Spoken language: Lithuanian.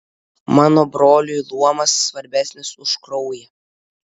mano broliui luomas svarbesnis už kraują